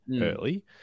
early